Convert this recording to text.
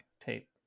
tape